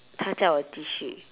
她叫我继续